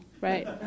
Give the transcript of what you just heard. Right